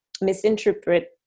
misinterpret